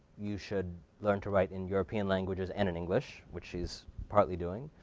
you should learn to write in european languages and in english, which she's partly doing.